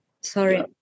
Sorry